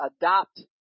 adopt